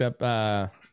up